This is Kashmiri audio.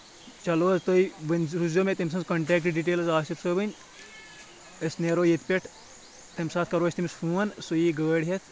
چلو حظ تُہۍ روٗزیو مےٚ تٔمۍ سٕنٛز کنٹیکٹ ڈِٹیلٕز آسف صٲبٔنۍ أسۍ نیرو ییٚتہِ پؠٹھ تمہِ ساتہٕ کرو أسۍ تٔمِس فون سُہ یہِ گٲڑۍ ہؠتھ